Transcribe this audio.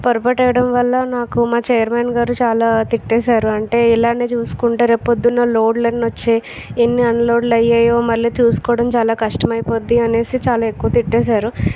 పొరపాటు అవ్వడం వల్ల నాకు మా చైర్మన్ గారు చాలా తిట్టేసారు అంటే ఇలానే చూసుకుంటే రేపు పొద్దున్న లోడ్లు వచ్చినాయి ఎన్ని అన్లోడ్లు అయ్యాయో మళ్ళీ చూసుకోవడం చాలా కష్టమైపోద్ది అనేసి చాలా ఎక్కువ తిట్టేశారు